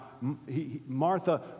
Martha